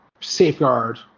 Safeguard